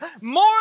more